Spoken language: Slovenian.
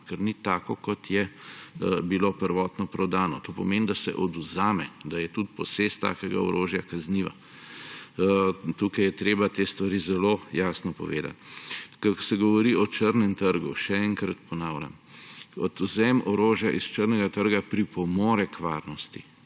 ker ni takšno, kot je bilo prvotno prodano. To pomeni, da se odvzame, da je tudi posest takega orožja kazniva. Tukaj je treba te stvari zelo jasno povedati. Ko se govori o črnem trgu, še enkrat ponavljam, odvzem orožja iz črnega trga pripomore k varnosti.